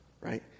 right